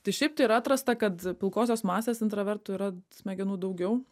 tai šiaip tai yra atrasta kad pilkosios masės intravertų yra smegenų daugiau